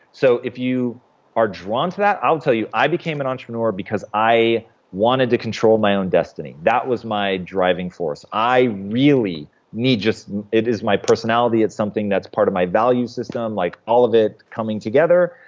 so if you are drawn to that, i'll tell you, i became an entrepreneur because i wanted to control my own destiny. that was my driving force. i really need. it is my personality. it's something that's part of my value system. like all of it coming together.